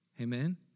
amen